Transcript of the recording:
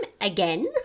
again